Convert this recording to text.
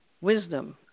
wisdom